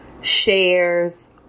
shares